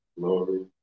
glory